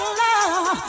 love